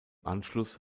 anschluss